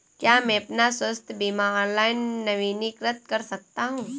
क्या मैं अपना स्वास्थ्य बीमा ऑनलाइन नवीनीकृत कर सकता हूँ?